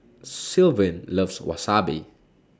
Sylvan loves Wasabi